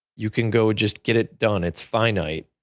you can go just get it done it's finite.